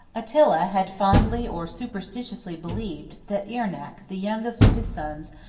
attila had fondly or superstitiously believed, that irnac, the youngest of his sons,